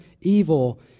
evil